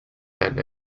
and